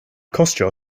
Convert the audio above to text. costio